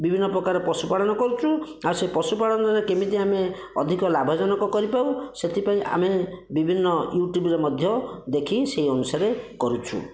ବିଭିନ୍ନ ପ୍ରକାର ପଶୁ ପାଳନ କରୁଛୁ ଆଉ ସେ ପଶୁ ପାଳନରେ କେମିତି ଆମେ ଅଧିକ ଲାଭଜନକ କରି ପାରିବୁ ସେଥିପାଇଁ ଆମେ ବିଭିନ୍ନ ୟୁଟୁବରେ ମଧ୍ୟ ଦେଖି ସେହି ଅନୁସାରେ କରୁଛୁ